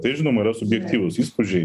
tai žinoma yra subjektyvūs įspūdžiai